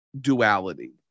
duality